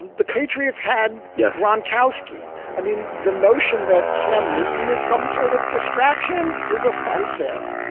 the patriots had. yes, ron koski. i mean, the notion that cam newton is some sort of distraction is offensive.